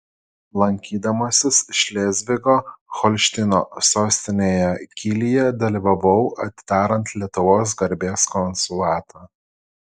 lankydamasis šlėzvigo holšteino sostinėje kylyje dalyvavau atidarant lietuvos garbės konsulatą